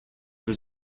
was